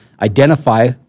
identify